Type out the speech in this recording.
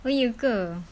oh ya ke